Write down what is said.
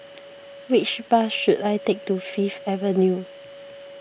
which bus should I take to Fifth Avenue